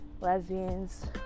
lesbians